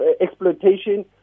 exploitation